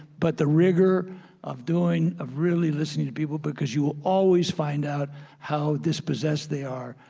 but the rigor of doing, of really listening to people because you will always find out how dispossessed they are,